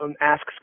asks